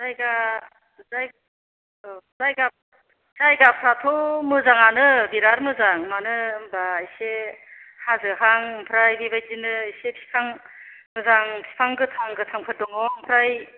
जायगा जाय औ जायगा जायगाफ्राथ' मोजाङानो बिराद मोजां मानो होमबा इसे हाजोहां ओमफ्राय बेबायदिनो इसे फिफां मोजां फिफां गोथां गोथांफोर दङ ओमफ्राय